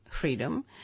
freedom